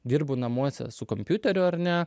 dirbu namuose su kompiuteriu ar ne